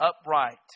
upright